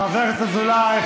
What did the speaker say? חבר הכנסת אזולאי,